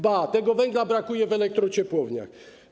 Ba, tego węgla brakuje w elektrociepłowniach.